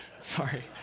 Sorry